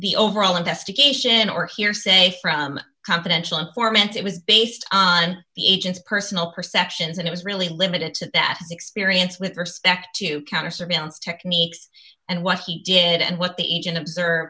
the overall investigation or hearsay from confidential informants it was based on the agent's personal perceptions and it was really limited to that experience with respect to counter surveillance techniques and what he